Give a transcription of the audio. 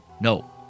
no